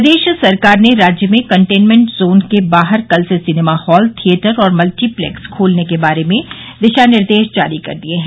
प्रदेश सरकार ने राज्य में कंटेन्मेंट जोन के बाहर कल से सिनेमा हॉल थियेटर और मल्टीप्लेक्स खोलने के बारे में दिशा निर्देश जारी कर दिये हैं